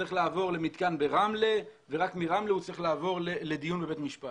וצריך לעבור למתקן ברמלה ורק מרמלה הוא צריך לעבור לדיון בבית משפט.